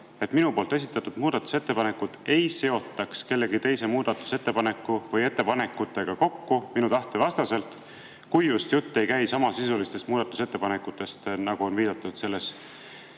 et minu esitatud muudatusettepanekuid ei seotaks kellegi teise muudatusettepaneku või ‑ettepanekutega kokku minu tahte vastaselt, kui just jutt ei käi samasisulistest muudatusettepanekutest, nagu on viidatud §